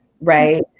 right